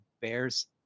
bears